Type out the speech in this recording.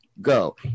go